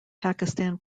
pakistan